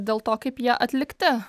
dėl to kaip jie atlikti